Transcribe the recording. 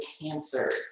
cancer